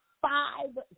five